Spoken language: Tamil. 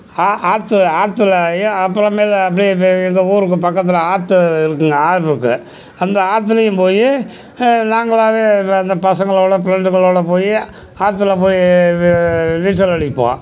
ஆ ஆற்றுல ஆற்றுலயும் அப்புறமேல் அப்படியே இப்போ எங்கள் ஊருக்கு பக்கத்தில் ஆற்று இருக்குதுங்க ஆறு இருக்குது அந்த ஆற்றுலையும் போய் நாங்களாகவே இப்போ அந்த பசங்களோடு ஃப்ரெண்டுங்களோடு போய் ஆற்றுல போய் நீச்சல் அடிப்போம்